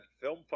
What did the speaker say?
film